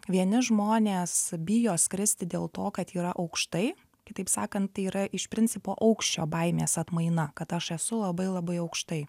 vieni žmonės bijo skristi dėl to kad yra aukštai kitaip sakant tai yra iš principo aukščio baimės atmaina kad aš esu labai labai aukštai